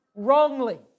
Wrongly